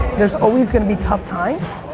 there's always gonna be tough times